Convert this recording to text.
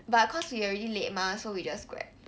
but cause we already late mah so we just Grab